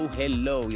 hello